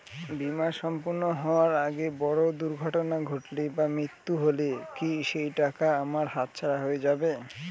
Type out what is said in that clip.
বীমা সম্পূর্ণ হওয়ার আগে বড় দুর্ঘটনা ঘটলে বা মৃত্যু হলে কি সেইটাকা আমার হাতছাড়া হয়ে যাবে?